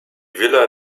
villa